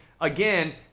Again